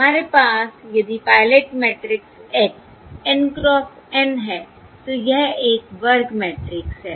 हमारे पास यदि pilot matrix X N cross N है तो यह एक वर्ग मैट्रिक्स है